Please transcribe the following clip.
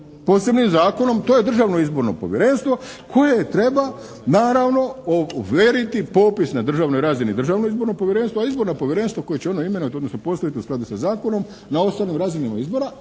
posebnim zakonom, to je Državno izborno povjerenstvo koje treba naravno … /Govornik se ne razumije./ popis na državnoj razini Državno izborno povjerenstvo, a Izborno povjerenstvo koje će ono imenovati, odnosno postaviti u skladu sa zakonom na ostalim razinama izbora.